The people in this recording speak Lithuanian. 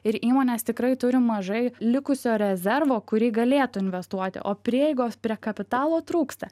ir įmonės tikrai turi mažai likusio rezervo kurį galėtų investuoti o prieigos prie kapitalo trūksta